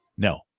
No